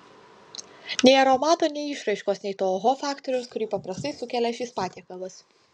nei aromato nei išraiškos nei to oho faktoriaus kurį paprastai sukelia šis patiekalas